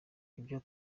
ibyo